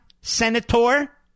senator